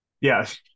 yes